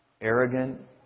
Arrogant